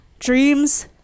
Dreams